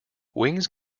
wings